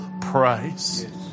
praise